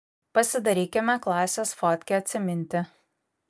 pasidarykime klasės fotkę atsiminti